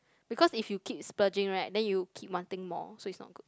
because if you keep splurging right then you keep wanting more so it's not good